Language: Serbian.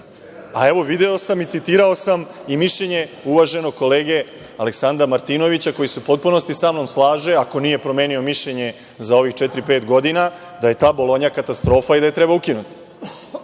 a video sam i citirao sam i mišljenje uvaženog kolege Aleksandra Martinovića, koji se u potpunosti sa mnom slaže, ako nije promenio mišljenje za ovih četiri-pet godina, da je ta Bolonja katastrofa i da je treba ukinuti. Ovde